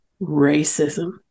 racism